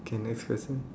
k next question